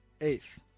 Eighth